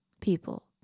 people